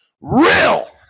real